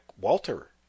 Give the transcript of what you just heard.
walter